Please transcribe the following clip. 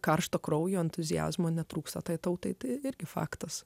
karšto kraujo entuziazmo netrūksta tai tautai tai irgi faktas